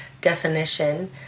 definition